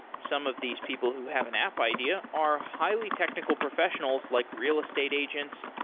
some of these people who have an app idea are highly technical professionals, like real estate agents,